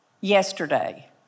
yesterday